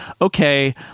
Okay